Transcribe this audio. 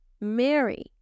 Mary